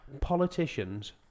politicians